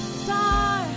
star